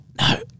No